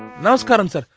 namaskaram sir!